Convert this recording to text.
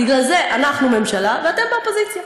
בגלל זה, אנחנו ממשלה ואתם באופוזיציה.